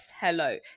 Hello